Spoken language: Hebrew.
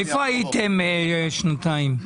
איפה הייתם שנתיים?